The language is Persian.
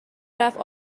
رفت